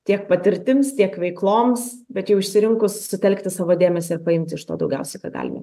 tiek patirtims tiek veikloms bet jau išsirinkus sutelkti savo dėmesį ir paimti iš to daugiausiai ką galime